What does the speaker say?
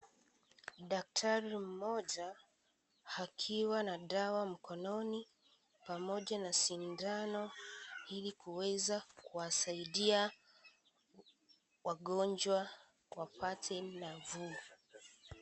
Daktari mmoja, akiwa na dawa mkononi pamoja na sindano, ili kuweza kuwa saidia wagonjwa wapate nafuu.